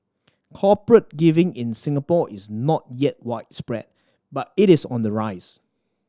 corporate giving in Singapore is not yet widespread but it is on the rise